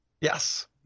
Yes